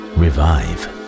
revive